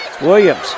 Williams